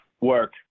work